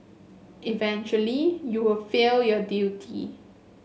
eventually you will fail your duty